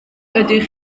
ydych